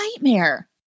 nightmare